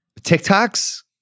TikToks